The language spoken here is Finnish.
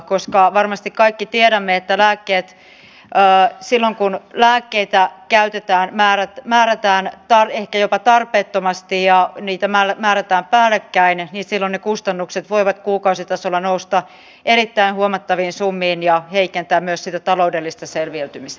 koska varmasti kaikki tiedämme että silloin kun lääkkeitä käytetään määrätään ehkä jopa tarpeettomasti ja määrätään päällekkäin niin silloin ne kustannukset voivat kuukausitasolla nousta erittäin huomattaviin summiin ja heikentää myös sitä taloudellista selviytymistä